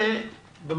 כך אני מבין ממנו.